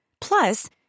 Plus